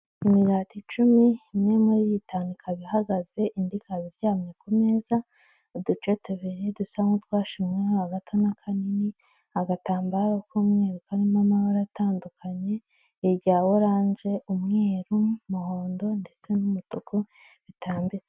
Imigati icumi imwe muriyo itanu ikaba ihagaze indi ikaba iryamye kumeza uduce tubiri dusa nkutwashunyweho agato nakanini , agatambaro kumweru karimo amabara atandukanye irya orange, umweru, umuhondo ndetse n'umutuku bitambitse.